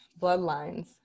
bloodlines